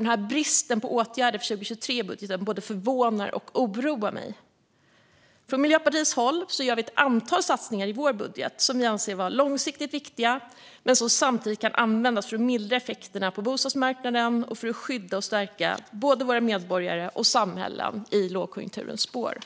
Denna brist på åtgärder i budgeten för 2023 både förvånar och oroar mig. Från Miljöpartiets håll gör vi ett antal satsningar i vår budget som vi anser vara långsiktigt viktiga men som samtidigt kan användas för att mildra effekterna på bostadsmarknaden och för att skydda och stärka både våra medborgare och våra samhällen i lågkonjunkturens spår.